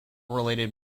related